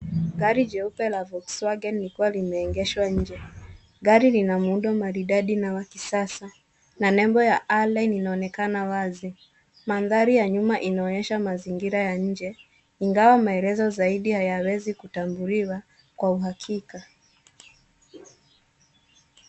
Gari jeupe la Volkswagen likiwa limeegeshwa nje. Gari lina muundo maridadi na wa kisasa, na nembo yake linaonekana wazi. Mandhari ya nyuma inaonyesha mazingira ya nje, ingawa maelezo zaidi hayawezi kutambuliwa kwa uhakika.